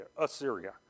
Assyria